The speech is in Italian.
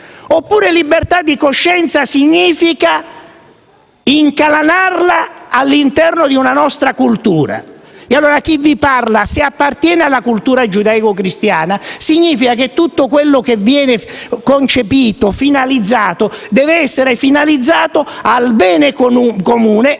Oppure libertà di coscienza significa incanalarla all'interno di una nostra cultura? Se chi vi parla appartiene alla cultura giudaico‑cristiana, significa che tutto quello che viene concepito deve essere finalizzato al bene comune,